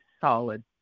solid